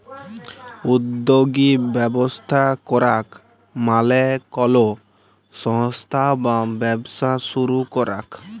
উদ্যগী ব্যবস্থা করাক মালে কলো সংস্থা বা ব্যবসা শুরু করাক